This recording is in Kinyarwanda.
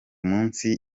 munsi